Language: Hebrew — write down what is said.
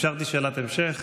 אפשרתי שאלת המשך,